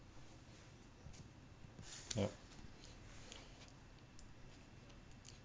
yup